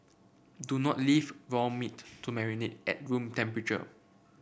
do not leave raw meat to marinate at room temperature